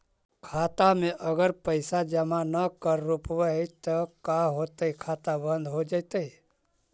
खाता मे अगर पैसा जमा न कर रोपबै त का होतै खाता बन्द हो जैतै?